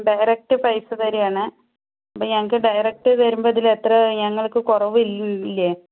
direct പൈസ തരുവാണ് അപ്പോൾ ഞങ്ങൾക്ക് ഡയറക്റ്റ് തരുമ്പോൾ ഇതിലെത്ര ഞങ്ങൾക്ക് കുറവുള്ളത്